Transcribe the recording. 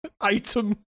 item